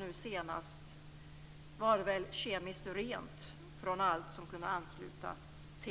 Nu senast var det väl kemiskt rent från allt som kunde